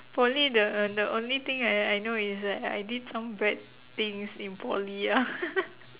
poly the the only thing I I know is that I did some bad things in poly ah